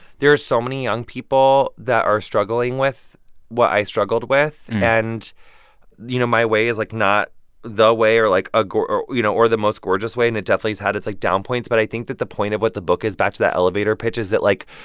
there are so many young people that are struggling with what i struggled with. and you know, my way is like not the way or, like, ah you know or the most gorgeous way and it definitely has had its, like, down points. but i think that the point of what the book is, back to that elevator pitch, is that, like,